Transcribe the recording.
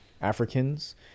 Africans